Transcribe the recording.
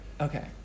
Okay